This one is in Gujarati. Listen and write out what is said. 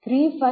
850